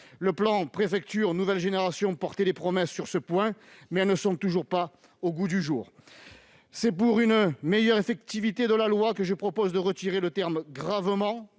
Le plan Préfectures nouvelle génération portait des promesses sur ce point, mais leur réalisation n'est toujours pas au goût du jour. C'est pour une meilleure effectivité de la loi que je propose de retirer le terme « gravement »